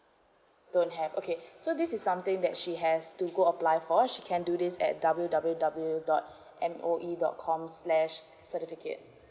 don't have okay so this is something that she has to go apply for she can do this at W_W_W dot M_O_E dot com slash certificate